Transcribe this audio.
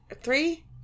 Three